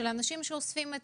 של אנשים שאוספים את